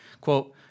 quote